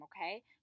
Okay